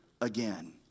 again